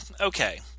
okay